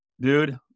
dude